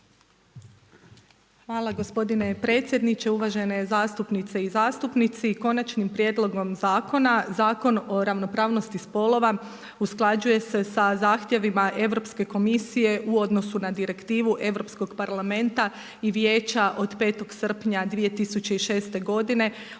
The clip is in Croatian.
Hvala gospodine predsjedniče, uvažene zastupnice i zastupnici. Konačnim prijedlogom zakona Zakon o ravnopravnosti spolova usklađuje se sa zahtjevima Europske komisije u odnosu na direktivu Europskog parlamenta i Vijeća od 5. srpnja 2006. godine o